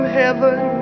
heaven